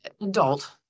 adult